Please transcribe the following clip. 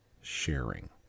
sharing